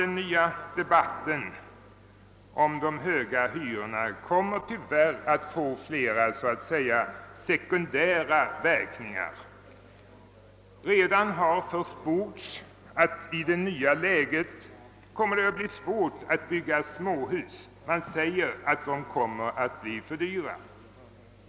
Den nya debatten om de höga hyrorna kommer tyvärr att få flera låt mig säga sekundära verkning ar. Redan har försports att det kommer att bli svårt att bygga småhus — man säger att de kommer att bli för dyra.